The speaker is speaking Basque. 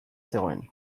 zegoen